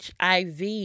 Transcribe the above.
HIV